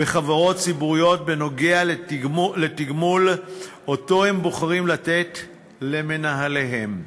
בחברות ציבוריות בנוגע לתגמול שהם בוחרים לתת למנהליהם,